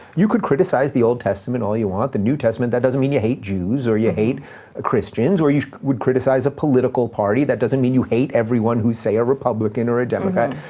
you could criticize the old testament all you want, the new testament. that doesn't mean you hate jews or you hate ah christians. or you would criticize a political party. that doesn't mean you everyone who, say, a republican or a democrat.